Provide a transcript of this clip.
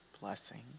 blessing